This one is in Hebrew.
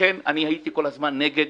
לכן הייתי כל הזמן נגד.